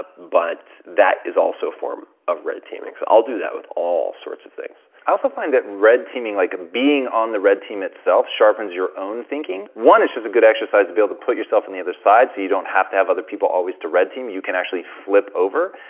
ah but that is also a form of red teaming, so i'll do that with all sorts of things. tom i also find that red teaming, like being on the red team itself, sharpens your own thinking. one, it's just a good exercise to be able to put yourself in the other side so you don't have to have other people always to red team. you can actually flip over.